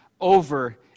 over